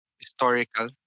historical